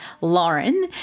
Lauren